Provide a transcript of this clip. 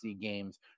games